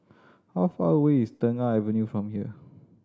how far away is Tengah Avenue from here